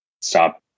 stop